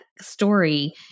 story